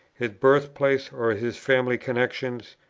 his birth-place or his family connexions,